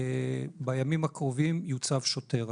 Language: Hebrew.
בימים הקרובים יוצב שוטר.